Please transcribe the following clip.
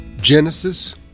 Genesis